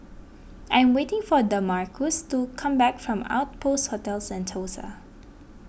I am waiting for Damarcus to come back from Outpost Hotel Sentosa